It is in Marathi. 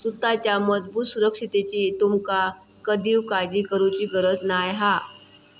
सुताच्या मजबूत सुरक्षिततेची तुमका कधीव काळजी करुची गरज नाय हा